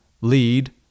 lead